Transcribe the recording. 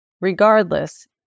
Regardless